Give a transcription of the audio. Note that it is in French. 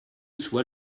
soit